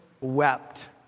wept